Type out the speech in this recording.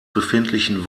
befindlichen